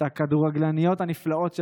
את הכדורגלניות הנפלאות שלנו,